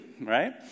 right